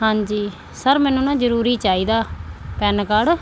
ਹਾਂਜੀ ਸਰ ਮੈਨੂੰ ਨਾ ਜ਼ਰੂਰੀ ਚਾਹੀਦਾ ਪੈਨ ਕਾਰਡ